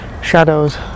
shadows